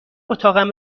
اتاقم